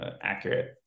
accurate